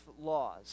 laws